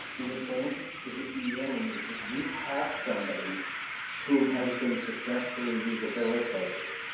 the advantage to the en is that you have somebody who has been successfully rehabilitated.